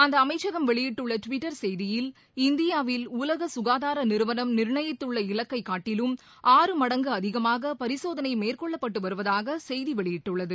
அந்த அமைச்சகம் வெளியிட்டுள்ள டுவிட்டர் செய்தியில் இந்தியாவில் உலக சுகாதார நிறுவனம் நிர்ணயித்துள்ள இலக்கைக்காட்டிலும் ஆறு மடங்கு அதிகமாக பரிசோதனை மேற்கொள்ளப்பட்டு வருவதாக செய்தி வெளியிட்டுள்ளது